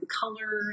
color